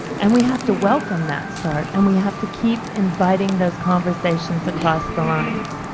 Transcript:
and we have to welcome that start. and we have to keep inviting those conversations across the lines.